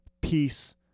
peace